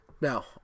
Now